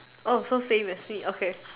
oh so same as me okay